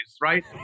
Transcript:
right